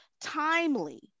timely